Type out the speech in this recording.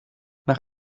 nach